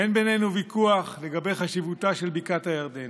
אין בינינו ויכוח לגבי חשיבותה של בקעת הירדן.